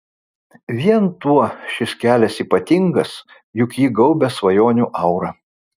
vien tuo šis kelias ypatingas juk jį gaubia svajonių aura